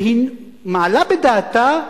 מעלה בדעתה,